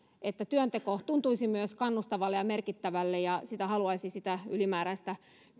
että työnteko tuntuisi myös kannustavalta ja merkittävältä ja sitä ylimääräistä